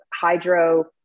hydro